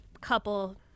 couple